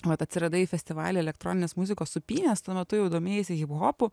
vat atsiradai festivalio elektroninės muzikos supynės tuo metu jau domėjaisi hiphopu